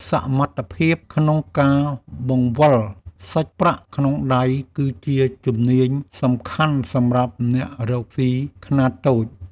សមត្ថភាពក្នុងការបង្វិលសាច់ប្រាក់ក្នុងដៃ គឺជាជំនាញសំខាន់សម្រាប់អ្នករកស៊ីខ្នាតតូច។